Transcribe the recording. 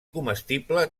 comestible